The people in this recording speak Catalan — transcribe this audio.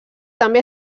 també